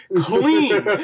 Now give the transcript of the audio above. clean